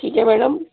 ٹھیک ہے میڈم